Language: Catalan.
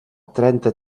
trenta